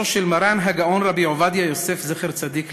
של מרן הגאון רבי עובדיה יוסף זצ"ל,